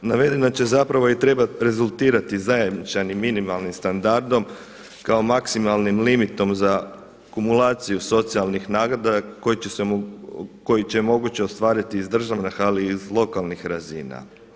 Navedeno će zapravo i trebati rezultirati zajamčenim minimalnim standardom kao maksimalnim limitom za kumulaciju socijalnih naknada koji će moguće ostvariti iz državnih ali i iz lokalnih razina.